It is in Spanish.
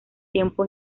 tiempo